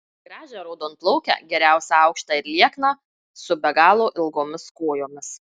gražią raudonplaukę geriausia aukštą ir liekną su be galo ilgomis kojomis